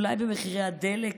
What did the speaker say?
אולי במחיר הדלק,